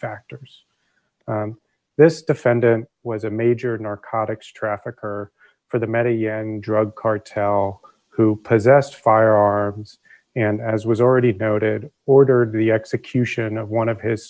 factors this defendant was a major narcotics trafficker for that matter you and drug cartel who possess firearms and as was already noted ordered the execution of one of his